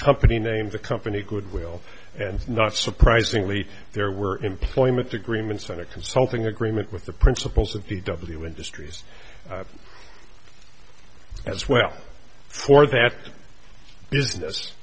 company name the company goodwill and not surprisingly there were employment agreements and a consulting agreement with the principals of p w industries as well for that business